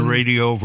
Radio